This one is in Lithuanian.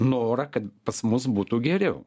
norą kad pas mus būtų geriau